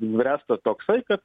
bręsta toksai kad